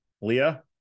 Leah